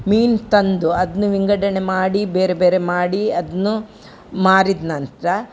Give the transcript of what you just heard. ಮೀನು ತಂದು ಅದ್ನ ವಿಂಗಡಣೆ ಮಾಡಿ ಬೇರೆ ಬೇರೆ ಮಾಡಿ ಅದನ್ನು ಮಾರಿದ ನಂತರ